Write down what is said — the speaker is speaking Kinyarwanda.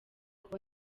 kuba